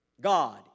God